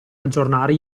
aggiornare